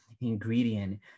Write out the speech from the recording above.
ingredient